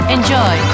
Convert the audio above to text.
Enjoy